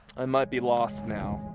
i might be lost now.